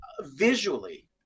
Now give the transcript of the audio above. visually